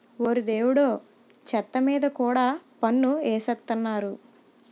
ఓరి దేవుడో చెత్త మీద కూడా పన్ను ఎసేత్తన్నారు